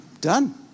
done